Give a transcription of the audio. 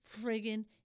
friggin